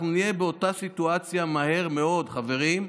אנחנו נהיה באותה סיטואציה מהר מאוד, חברים,